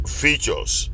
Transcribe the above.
features